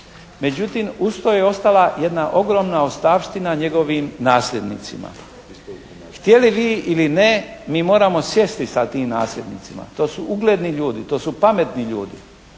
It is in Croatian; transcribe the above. Međutim usto je ostala jedna ogromna ostavština njegovim nasljednicima. Htjeli vi ili ne mi moramo sjesti sa tim nasljednicima. To su ugledni ljudi, to su pametni ljudi.